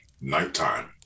nighttime